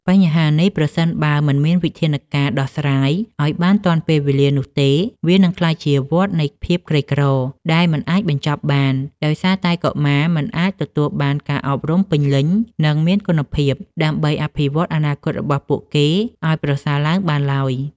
បញ្ហានេះប្រសិនបើមិនមានវិធានការដោះស្រាយឱ្យបានទាន់ពេលវេលានោះទេ វានឹងក្លាយជាវដ្តនៃភាពក្រីក្រដែលមិនអាចបញ្ចប់បាន ដោយសារតែកុមារមិនអាចទទួលបានការអប់រំពេញលេញ និងមានគុណភាពដើម្បីអភិវឌ្ឍអនាគតរបស់ពួកគេឱ្យប្រសើរឡើងបានឡើយ។